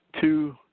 Two